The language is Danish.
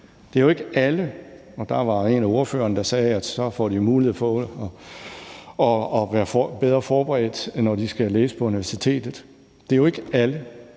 livet, er noget andet. Der var en af ordførerne, der sagde, at så får de mulighed for at være bedre forberedt, når de skal læse på universitetet. Men det er jo ikke alle,